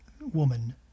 woman